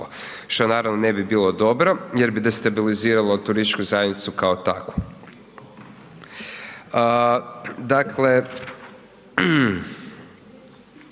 što naravno ne bi bilo dobro jer bi destabiliziralo turističku zajednicu kao takvu. Dakle